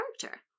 character